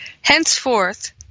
Henceforth